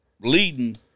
leading